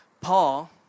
Paul